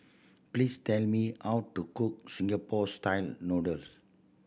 please tell me how to cook Singapore Style Noodles